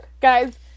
guys